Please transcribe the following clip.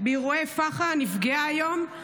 באירועי פח"ע, נפגעה היום?